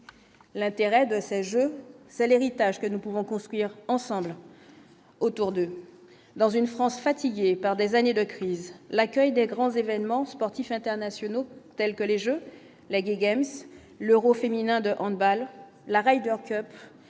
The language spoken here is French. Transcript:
l'intérêt de ce jeu, c'est l'héritage que nous pouvons construire ensemble autour d'eux dans une France fatigués par des années de crise, l'accueil des grands événements sportifs internationaux tels que les Jeux, la guéguerre l'Euro féminin de hand ball la Ryder Cup,